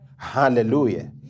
Hallelujah